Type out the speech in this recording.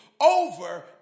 over